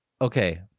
Okay